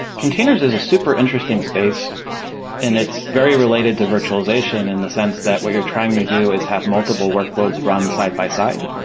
containers is a super interesting space and it's very related to virtualization in the sense that what you're trying to do is have multiple workloads run side-by-side.